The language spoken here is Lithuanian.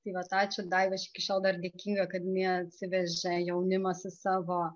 tai vat ačiū daiva aš iki šiol dar dėkinga kad jinai atsivežė jaunimą su savo